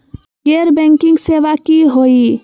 गैर बैंकिंग सेवा की होई?